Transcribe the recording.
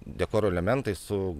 dekoro elementai su